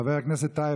חבר הכנסת טייב,